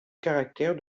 caractère